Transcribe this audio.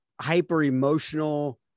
hyper-emotional